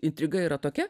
intriga yra tokia